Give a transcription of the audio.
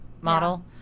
model